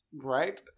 Right